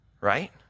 Right